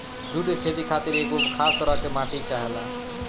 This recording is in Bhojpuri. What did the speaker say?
जुट के खेती खातिर एगो खास तरह के माटी चाहेला